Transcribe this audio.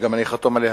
וגם אני חתום עליה,